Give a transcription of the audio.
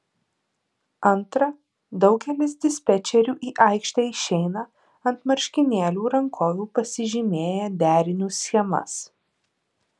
antra daugelis dispečerių į aikštę išeina ant marškinėlių rankovių pasižymėję derinių schemas